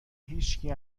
هیچکی